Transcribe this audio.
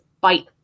bite